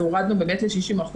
אז הורדנו ל-60%.